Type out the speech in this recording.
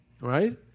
Right